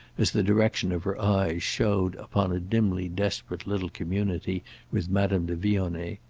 as the direction of her eyes showed, upon a dimly desperate little community with madame de vionnet.